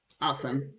awesome